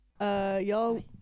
y'all